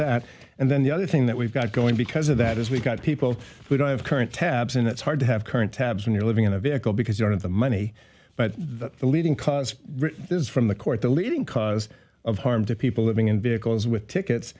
that and then the other thing that we've got going because of that is we've got people who don't have current tabs and it's hard to have current tabs when you're living in a vehicle because you don't have the money but the leading cause is from the court the leading cause of harm to people living in vehicles with tickets